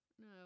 No